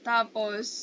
Tapos